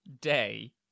Day